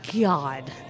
God